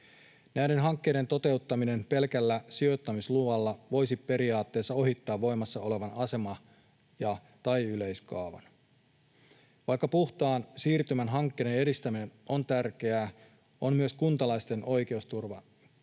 Näiden hankkeiden toteuttaminen pelkällä sijoittamisluvalla voisi periaatteessa ohittaa voimassa olevan asema- ja/tai yleiskaavan. Vaikka puhtaan siirtymän hankkeiden edistäminen on tärkeää, on myös kuntalaisten oikeusturva